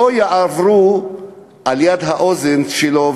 לא יעברו על יד האוזן שלו,